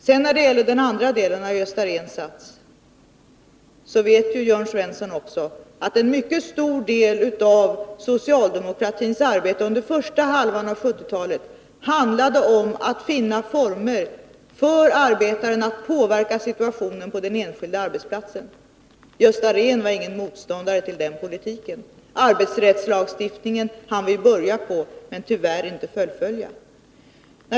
När det sedan gäller den andra delen av Gösta Rehns sats vet ju också Jörn Svensson att en mycket stor del av socialdemokratins arbete under första hälften av 1970-talet handlade om att finna former för hur arbetaren skulle kunna påverka situationen på den enskilda arbetsplatsen. Gösta Rehn var ingen motståndare till den politiken. Arbetsrättslagstiftningen hann vi börja på, men tyvärr inte fullfölja.